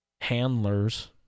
handlers